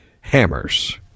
hammers